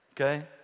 okay